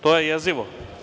To je jezivo.